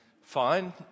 fine